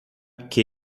que